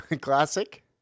Classic